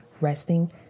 resting